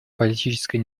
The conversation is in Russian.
политической